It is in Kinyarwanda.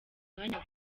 umwanya